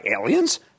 aliens